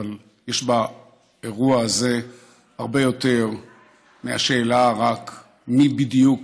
אבל יש באירוע הזה הרבה יותר מהשאלה מי בדיוק